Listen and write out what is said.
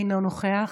אינו נוכח,